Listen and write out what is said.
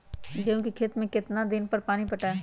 गेंहू के खेत मे कितना कितना दिन पर पानी पटाये?